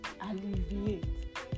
alleviate